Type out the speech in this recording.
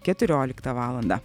keturioliktą valandą